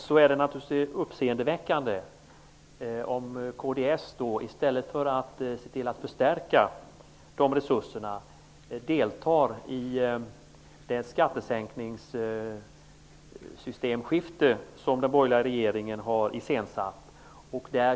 Det är naturligtvis uppseendeväckande när kds i stället för att förstärka resurserna deltar i det skattesänkningssystemskifte som den borgerliga regeringen har iscensatt.